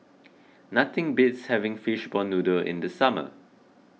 nothing beats having Fishball Noodle in the summer